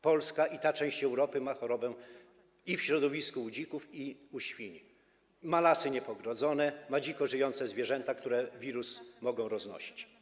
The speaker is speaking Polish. Polska - i ta część Europy - ma chorobę i w środowisku u dzików, i u świń, ma lasy niepogrodzone, ma dziko żyjące zwierzęta, które wirusa mogą roznosić.